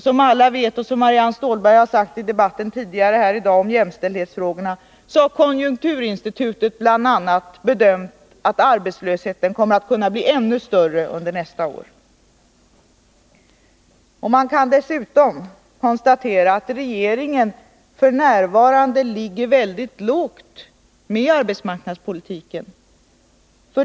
Som alla vet och som Marianne Stålberg sade i debatten här tidigare i dag om jämställdhetsfrågorna har bl.a. konjunkturinstitutet bedömt att arbetslösheten kommer att bli ännu större under nästa år. Man kan dessutom konstatera att regeringen f. n. ligger väldigt lågt med arbetsmarknadspolitiken.